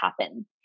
happen